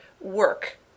work